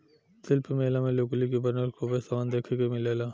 शिल्प मेला मे लुगरी के बनल खूबे समान देखे के मिलेला